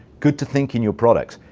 good to think in your products.